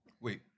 Wait